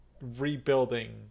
rebuilding